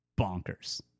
bonkers